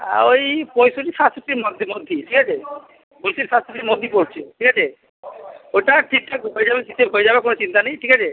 হ্যাঁ ওই পঁয়ষট্টি সাতষট্টির মধ্যে মধ্যেই ঠিক আছে বলছি সাতষট্টির মধ্যেই পড়ছে ঠিক আছে ওটা ঠিকঠাক হয়ে যাবে ঠিকঠাক হয়ে যাবে কোনো চিন্তা নেই ঠিক আছে